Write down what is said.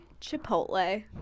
Chipotle